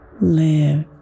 Live